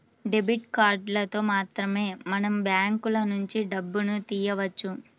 debit కార్డులతో మాత్రమే మనం బ్యాంకులనుంచి డబ్బును తియ్యవచ్చు